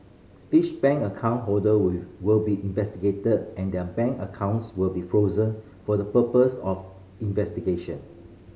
each bank account holder will will be investigated and their bank accounts will be frozen for the purpose of investigation